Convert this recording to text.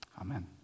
Amen